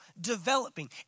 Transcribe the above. developing